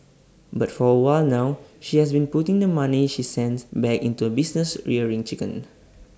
but for A while now she has been putting the money she sends back into A business rearing chickens